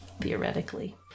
theoretically